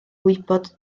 wybod